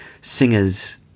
singers